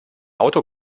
auto